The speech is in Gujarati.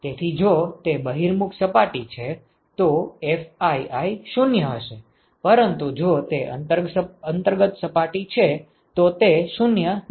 તેથી જો તે બહિર્મુખ સપાટી છે તો Fii 0 હશે પરંતુ જો તે અંતર્ગત સપાટી છે તો તે 0 નથી